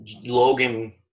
Logan